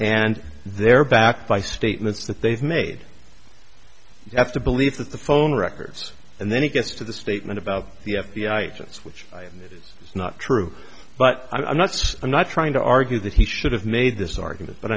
and they're backed by statements that they've made you have to believe that the phone records and then he gets to the statement about the f b i agents which is not true but i'm not i'm not trying to argue that he should have made this argument but